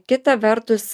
kita vertus